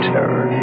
Terror